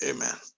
Amen